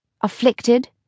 afflicted